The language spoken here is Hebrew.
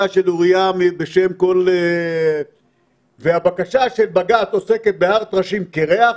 של אוריה בשם כל והבקשה של בג"ץ עוסקת בהר טרשים קירח,